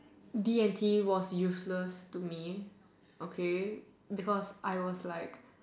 D and T was useless to me okay because I was like